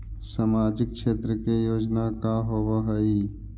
सामाजिक क्षेत्र के योजना का होव हइ?